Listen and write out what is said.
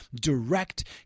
direct